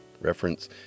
Reference